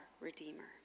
redeemer